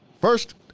first